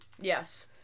Yes